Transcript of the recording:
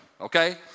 okay